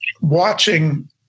watching